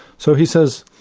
so he says,